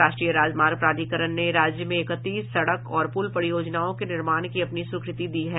राष्ट्रीय राजमार्ग प्राधिकरण ने राज्य में एकतीस सड़क और पुल परियोजनाओं के निर्माण की अपनी स्वीकृति दी है